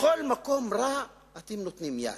בכל מקום רע אתם נותנים יד.